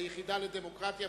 היחידה לדמוקרטיה.